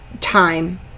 time